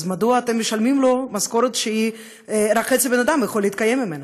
אז מדוע אתם משלמים לו משכורת שרק חצי בן אדם יכול להתקיים ממנה?